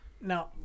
Now